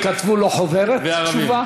הם כתבו לו חוברת תשובה?